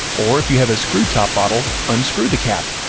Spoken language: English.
or if you have a screw top bottle, unscrew the cap.